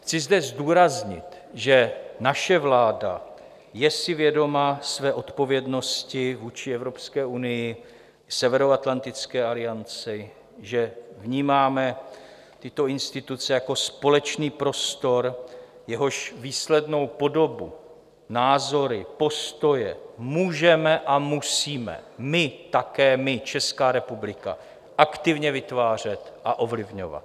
Chci zde zdůraznit, že naše vláda je si vědoma své odpovědnosti vůči Evropské unii, Severoatlantické alianci, že vnímáme tyto instituce jako společný prostor, jehož výslednou podobu, názory, postoje můžeme a musíme my, také my Česká republika aktivně vytvářet a ovlivňovat.